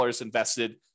invested